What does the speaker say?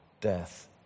death